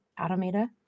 Automata